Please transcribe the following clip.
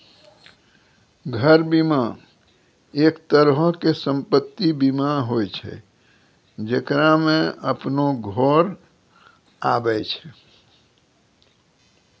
घर बीमा, एक तरहो के सम्पति बीमा होय छै जेकरा मे अपनो घर आबै छै